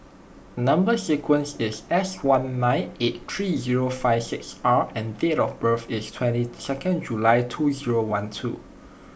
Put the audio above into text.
Number Sequence is S one nine eight three zero five six R and date of birth is twenty second July two zero one two